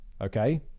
okay